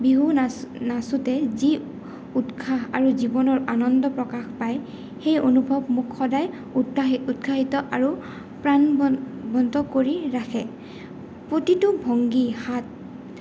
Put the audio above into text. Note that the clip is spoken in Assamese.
বিহু নাচ নাচোঁতে যি উৎসাহ আৰু জীৱনৰ আনন্দ প্ৰকাশ পায় সেই অনুভৱ মোক সদায় উৎসাহিত আৰু প্ৰাণৱন্ত কৰি ৰাখে প্ৰতিটো ভংগী হাত